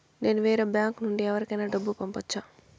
నేను వేరే బ్యాంకు నుండి ఎవరికైనా డబ్బు పంపొచ్చా?